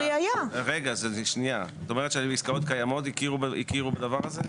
את אומרת שהיו עסקאות קיימות והכירו בדבר הזה.